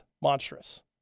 monstrous